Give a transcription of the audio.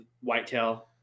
whitetail